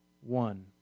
one